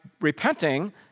repenting